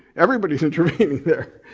everybody's intervening there.